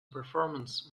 performance